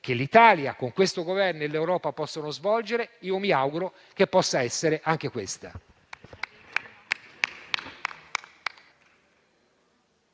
che l'Italia, con questo Governo, e l'Europa possono svolgere, io mi auguro possa essere anche questa.